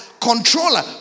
controller